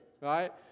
right